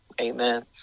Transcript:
amen